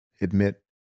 admit